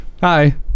hi